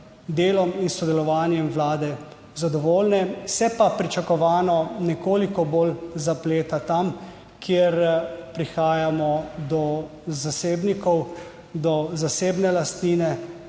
delom in sodelovanjem vlade zadovoljne, se pa pričakovano nekoliko bolj zapleta tam, kjer prihajamo do zasebnikov, do zasebne lastnine